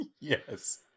Yes